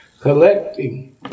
collecting